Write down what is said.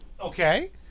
okay